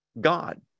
God